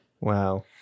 Wow